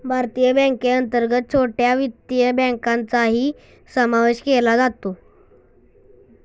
भारतीय बँकेअंतर्गत छोट्या वित्तीय बँकांचाही समावेश केला जातो